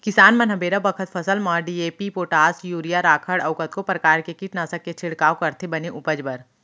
किसान मन ह बेरा बखत फसल म डी.ए.पी, पोटास, यूरिया, राखड़ अउ कतको परकार के कीटनासक के छिड़काव करथे बने उपज बर